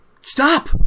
stop